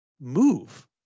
move